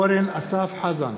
נגד אורן אסף חזן,